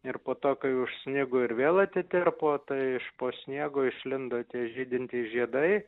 ir po to kai užsnigo ir vėl atitirpo tai iš po sniego išlindo tie žydintys žiedai